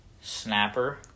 snapper